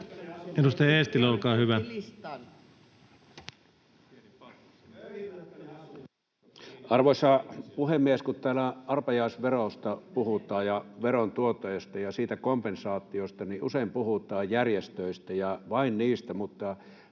Time: 17:19 Content: Arvoisa puhemies! Kun täällä arpaisverosta puhutaan ja veron tuotoista ja siitä kompensaatiosta, niin usein puhutaan järjestöistä ja vain niistä, mutta